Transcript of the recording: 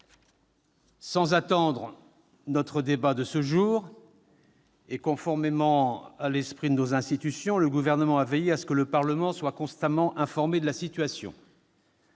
Sans attendre notre débat de ce jour, et conformément à l'esprit de nos institutions, le Gouvernement a veillé à ce que le Parlement soit constamment informé de la situation.